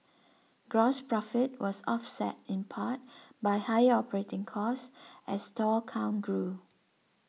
gross profit was offset in part by higher operating costs as store count grew